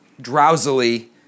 drowsily